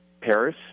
Paris